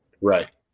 Right